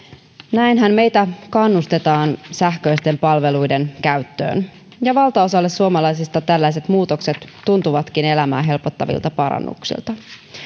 näinhän meitä kannustetaan sähköisten palveluiden käyttöön ja valtaosalle suomalaisista tällaiset muutokset tuntuvatkin elämää helpottavilta parannuksilta